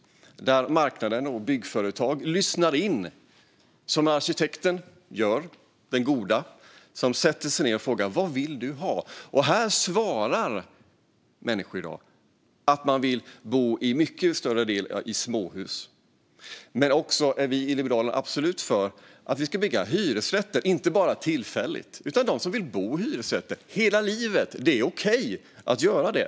Marknaden och byggföretagen lyssnar in, på samma sätt som den goda arkitekten som sätter sig ned och frågar: Vad vill du ha? Här svarar en mycket större andel av människorna i dag att de vill bo i småhus. Men vi i Liberalerna är också absolut för att vi ska bygga hyresrätter, inte bara tillfälligt. Det finns de som vill bo i hyresrätter hela livet. Det är okej att göra det.